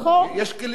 יש כלים לאיסור פרסום.